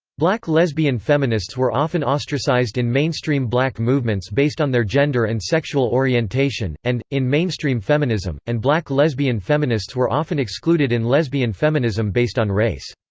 black lesbian feminists were often ostracized in mainstream black movements based on their gender and sexual orientation and, in mainstream feminism, and black lesbian feminists were often excluded in lesbian feminism based on race.